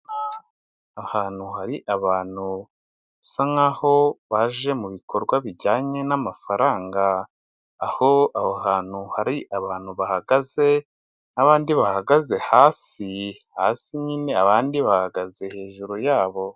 Ahantu hari abantu basa nk'aho baje mu bikorwa bijyanye n'amafaranga, aho aho hantu hari abantu bahagaze n' abandi bahagaze hasi, hasi nyine abandi bahagaze hejuru yabo.